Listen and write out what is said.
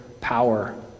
power